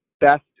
best